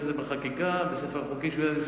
עדיין הרשויות הגדולות מעבירות 60% הן יעבירו,